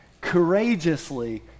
courageously